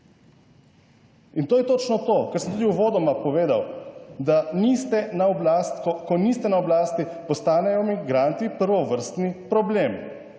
In to je točno to, kar sem tudi uvodoma povedal, da niste na oblasti, ko niste na oblasti postanejo migranti prvovrstni problem,